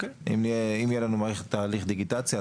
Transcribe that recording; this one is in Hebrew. אם יהיה לנו מערכת תהליך דיגיטציה,